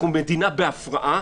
אנחנו מדינה בהפרעה.